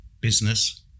business